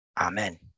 Amen